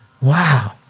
Wow